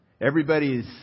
Everybody's